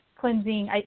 cleansing